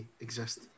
exist